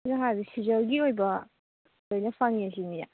ꯑꯩꯅ ꯍꯥꯏꯕꯗꯤ ꯁꯤꯖꯟꯒꯤ ꯑꯣꯏꯕ ꯂꯣꯏꯅ ꯐꯪꯉꯦ ꯁꯤꯅꯤꯅꯦ